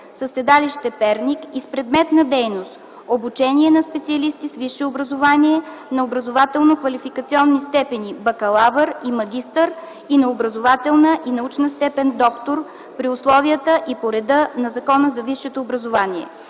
със седалище Перник и с предмет на дейност: обучение на специалисти с висше образование на образователно-квалификационни степени „бакалавър” и „магистър” и на образователна и научна степен доктор при условията и по реда на Закона за висшето образование.”